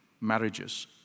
marriages